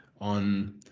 on